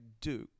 Duke